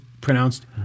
pronounced